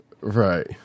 Right